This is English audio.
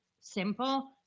simple